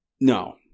No